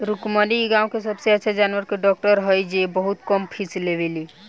रुक्मिणी इ गाँव के सबसे अच्छा जानवर के डॉक्टर हई जे बहुत कम फीस लेवेली